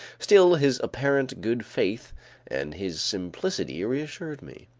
still his apparent good faith and his simplicity reassured me.